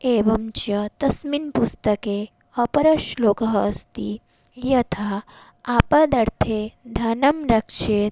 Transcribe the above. एवं च तस्मिन् पुस्तके अपरश्लोकः अस्ति यथा आपदर्थे धनं रक्षेत्